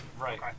Right